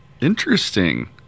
Interesting